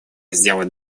сделать